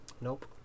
Nope